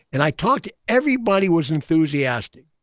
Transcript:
and i talked everybody was enthusiastic,